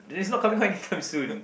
it is not coming out anytime soon